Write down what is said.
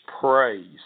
praise